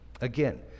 Again